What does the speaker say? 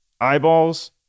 eyeballs